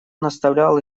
наставлял